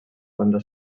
banda